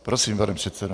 Prosím, pane předsedo.